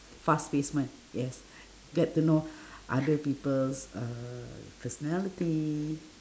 fast pacement yes get to know other people's uh personality